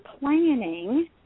planning